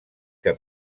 que